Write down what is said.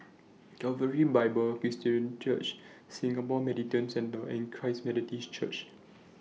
Calvary Bible Presbyterian Church Singapore Mediation Centre and Christ Methodist Church